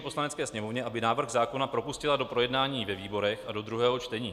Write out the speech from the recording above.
Poslanecké sněmovně, aby návrh zákona propustila do projednání ve výborech a do druhého čtení.